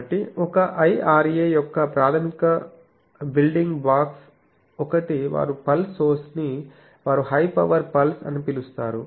కాబట్టి ఒక IRA యొక్క ప్రాథమిక బిల్డింగ్ బ్లాక్స్ ఒకటి వారు పల్స్ సోర్స్ ని వారు హై పవర్ పల్స్ అని పిలుస్తారు